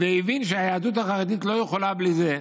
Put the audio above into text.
והבין שהיהדות החרדית לא יכולה בלי זה,